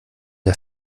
der